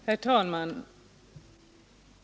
Herr talman!